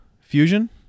fusion